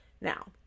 Now